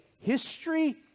history